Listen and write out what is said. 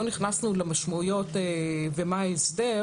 לא נכנסנו למשמעויות ומה ההסדר,